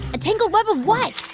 a tangled web of what?